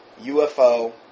UFO